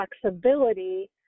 flexibility